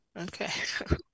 Okay